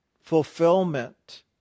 fulfillment